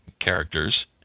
characters